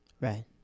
right